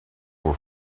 for